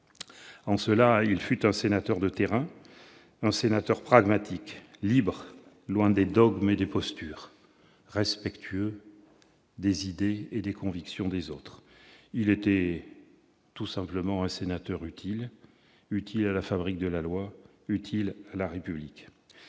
En cela, il était un sénateur de terrain, pragmatique, libre, loin des dogmes et des postures, respectueux des idées et des convictions des autres. Il était tout simplement un sénateur utile, utile à la fabrique de la loi, utile à la République.